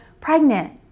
pregnant